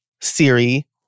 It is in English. Siri